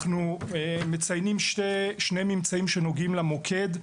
אנחנו מציינים שני ממצאים שנוגעים למוקד.